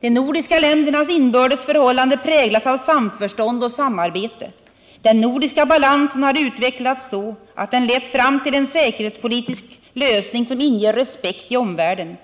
De nordiska ländernas inbördes förhållande präglas av samförstånd och samarbete. Den nordiska balansen har utvecklats så att den lett fram till en säkerhetspolitisk lösning som inger respekt i omvärlden.